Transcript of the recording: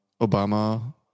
Obama